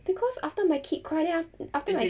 because after my kid cry then af~ after my